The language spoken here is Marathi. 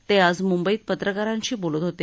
ते आज मुंबईत पत्रकारांशी बोलत होते